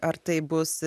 ar tai bus